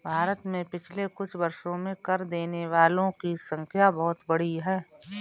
भारत में पिछले कुछ वर्षों में कर देने वालों की संख्या बहुत बढ़ी है